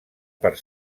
per